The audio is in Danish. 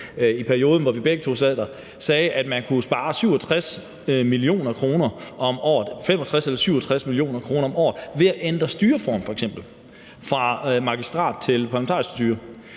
i perioden, hvor vi begge to sad i byrådet, sagde, at man kunne spare 65 eller 67 mio. kr. om året ved f.eks. at ændre styreform fra magistratsstyre til parlamentarisk styre.